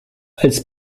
als